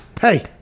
hey